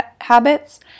habits